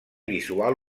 visual